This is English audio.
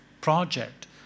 project